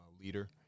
leader